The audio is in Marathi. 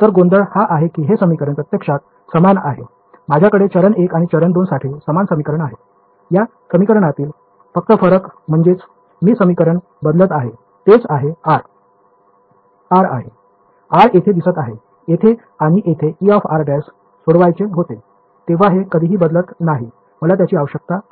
तर गोंधळ हा आहे की हे समीकरण प्रत्यक्षात समान आहे माझ्याकडे चरण 1 आणि चरण 2 साठी समान समीकरण आहे या समीकरणातील फक्त फरक म्हणजेच मी समीकरण बदलत आहे तेच आहे r आहे r येथे दिसत आहे येथे आणि येथे Er′ सोडवायचे होते तेव्हा हे कधीही बदलत नाही मला त्याची आवश्यकता आहे